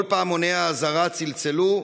כל פעמוני האזהרה צלצלו,